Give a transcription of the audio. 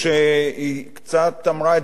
היא אמרה את זה קצת בהתרסה,